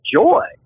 joy